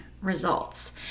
results